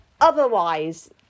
otherwise